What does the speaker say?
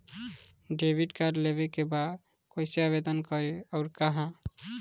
Debit card लेवे के बा कइसे आवेदन करी अउर कहाँ?